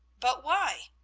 but why?